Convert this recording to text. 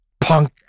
Punk